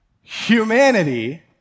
humanity